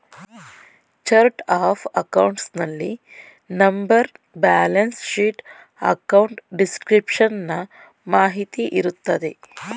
chart of accounts ನಲ್ಲಿ number, balance sheet, account description ನ ಮಾಹಿತಿ ಇರುತ್ತದೆ